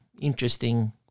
interesting